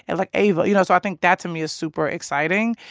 and like, ava. you know? so i think that to me is super exciting,